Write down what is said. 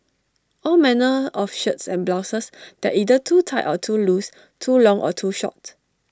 all manner of shirts and blouses that either too tight or too loose too long or too short